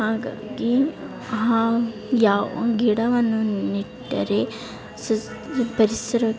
ಹಾಗಾಗಿ ಆ ಯಾವ ಗಿಡವನ್ನು ನೆಟ್ಟರೆ ಸ್ ಪರಿಸರ